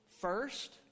first